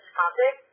topic